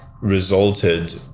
resulted